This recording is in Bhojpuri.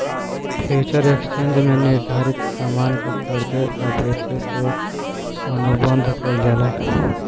फ्यूचर एक्सचेंज में निर्धारित सामान के खरीदे आ बेचे के अनुबंध कईल जाला